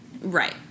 Right